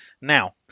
Now